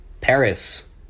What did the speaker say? Paris